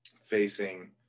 facing